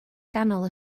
ganol